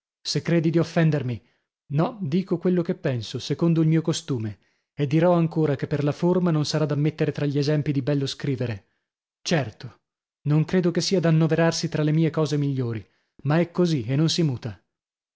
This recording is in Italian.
se credi di offendermi no dico quello che ne penso secondo il mio costume e dirò ancora che per la forma non sarà da mettere tra gli esempi di bello scrivere certo non credo che sia da annoverarsi tra le mie cose migliori ma è così e non si muta